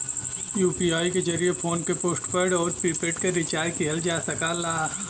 UPI के जरिये phone क पोस्टपेड आउर प्रीपेड के रिचार्ज किहल जा सकला